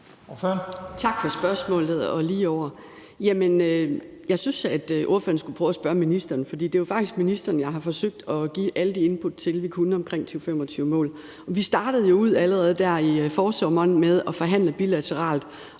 Tak for spørgsmålet, og lige over. Jeg synes, at ordføreren skulle prøve at spørge ministeren. For det er jo faktisk ministeren, vi har forsøgt at give alle de input, vi kunne, omkring 2025-målet. Vi startede jo allerede i forsommeren ud med at forhandle bilateralt,